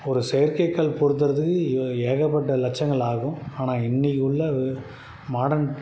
ஒரு செயற்கை கால் பொருத்துகிறதுக்கு இவ ஏகப்பட்ட லட்சங்கள் ஆகும் ஆனால் இன்னிக்கு உள்ள மாடர்ன்